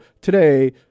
today